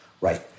right